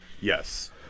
Yes